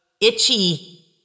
itchy